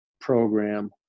program